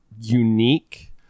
unique